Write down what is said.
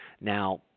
Now